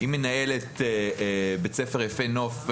אם מנהלת בית הספר, יפה נוף בירושלים,